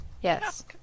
Yes